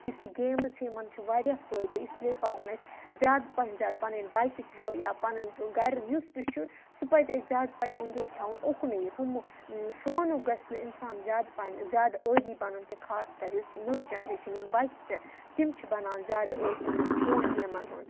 یُس یہِ گیمٕز چھِ یِمَن چھِ واریاہ فٲیدٕ اِسلیے پَزَن اَسہِ زیادٕ پَنٕنۍ زیادٕ پَنٕنۍ بَچہِ چھِ یا پَنٕںۍ گَرِ یُس تہِ چھُ سُہ پَزِ اَسہِ زیادٕ پہم اٮ۪نٛگیج تھاوُن اُکنُے ہُمہٕ فونُک گژھِ نہٕ اِنسان زیادٕ پَہَم زیادٕ عٲدی بَنُن کیںٛہہ خاص کَر یُس نٔو جَنریشَن یِم بَچہِ تِم چھِ بَنان زیادٕ عٲدی یِمَن فون گیمَن ہُنٛد